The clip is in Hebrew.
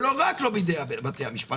אבל לא רק לא בידי בית המשפט.